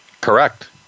Correct